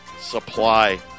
supply